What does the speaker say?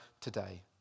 today